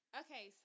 okay